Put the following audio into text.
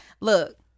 look